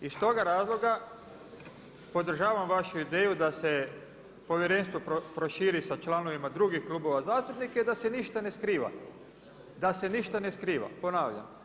Iz toga razloga, podržavam vašu ideju da se povjerenstvo proširi sa članovima drugih klubova zastupnika i da se ništa ne skriva, da se ništa ne skriva, ponavljam.